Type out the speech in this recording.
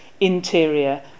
interior